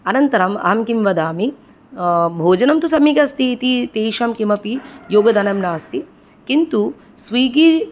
अनन्तरम् अहं किं वदामि भोजनं तु सम्यक् अस्ति इति तेषां किमपि योगदानं नास्ति किन्तु स्विगी